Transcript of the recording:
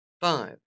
Five